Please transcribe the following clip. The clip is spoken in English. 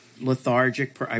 lethargic